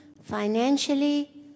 financially